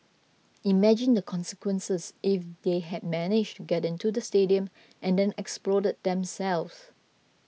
imagine the consequences if they had managed to get into the stadium and then exploded themselves